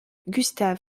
gustave